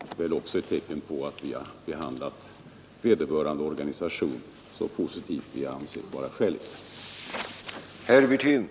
Det är väl också ett tecken på att vi har behandlat denna organisation positivt och på det sätt som vi har ansett vara skäligt.